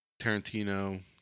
Tarantino